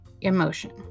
emotion